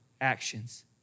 actions